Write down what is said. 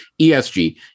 ESG